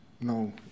No